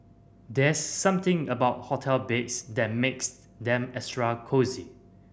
there's something about hotel beds that makes them extra cosy